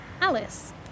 Alice